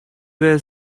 were